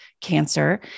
cancer